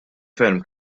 ferm